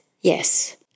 yes